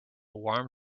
warm